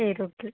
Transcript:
சரி ஓகே